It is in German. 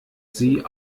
sie